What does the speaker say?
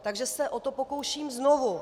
Takže se o to pokouším znovu.